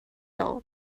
all